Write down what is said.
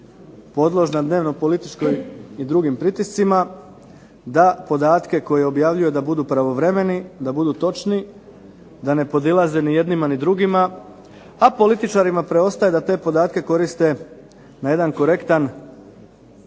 podložna dnevno političkoj i drugim pritiscima, da podatke koje objavljuje da budu pravovremeni, da budu točni, da ne podilaze ni jednima i drugima, a političarima preostaje da te podatke koriste na jedan korektan